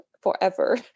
forever